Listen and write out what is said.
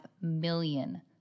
million